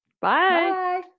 Bye